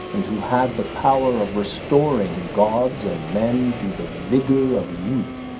and who had the power of restoring gods and men to the vigor of youth.